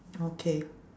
okay